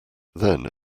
then